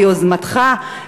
ביוזמתך,